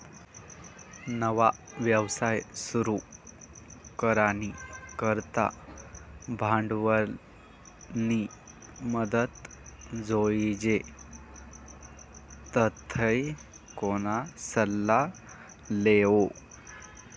नवा व्यवसाय सुरू करानी करता भांडवलनी मदत जोइजे तधय कोणा सल्ला लेवो